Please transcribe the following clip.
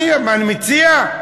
מה אתה מציע?